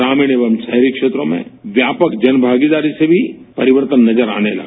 ग्रामीण एवं शहरी क्षेत्रों में व्यापक जनभागीदारी से भी परिवर्तन नजर आने लगा